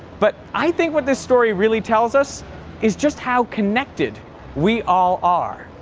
but i think what this story really tells us is just how connected we all are.